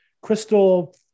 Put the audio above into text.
crystal